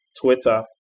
Twitter